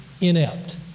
inept